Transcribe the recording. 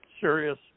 serious